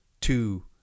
two